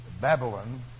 Babylon